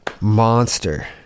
Monster